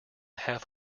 half